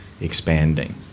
expanding